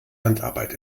handarbeit